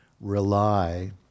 rely